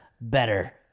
better